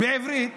בעברית,